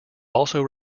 also